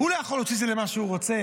הוא לא יכול להוציא את זה על מה שהוא רוצה.